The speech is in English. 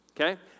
Okay